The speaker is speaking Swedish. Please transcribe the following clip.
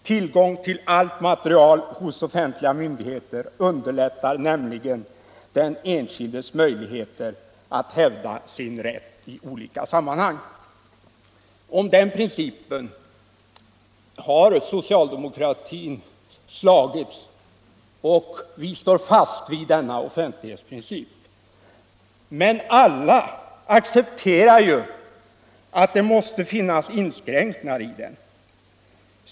Tillgång till allt material hos offentliga myndigheter underlättar nämligen den enskildes möjligheter att hävda sin rätt i olika sammanhang.” För den principen har socialdemokratin slagits och vi står fast vid denna offentlighetsprincip. Men alla accepterar att det måste finnas inskränkningar i den.